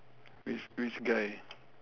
which which guy